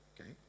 okay